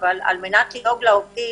אבל על מנת לדאוג לעובדים